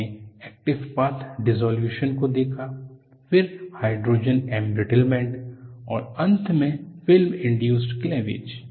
हमने active path dissolution को देखा है फिर हाइड्रोजन एंब्रिटलमेंट और अंत में फिल्म इंडयूस्ड़ क्लैवेज